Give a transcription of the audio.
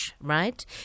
right